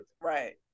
Right